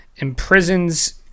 Imprisons